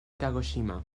kagoshima